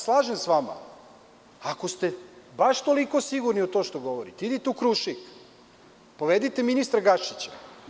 Slažem se sa vama, ako ste baš toliko sigurni u to što govorite, idite u „Krušik“, povedite ministra Gašića.